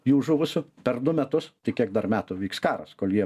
jų žuvusių per du metus tik kiek dar metų vyks karas kol jie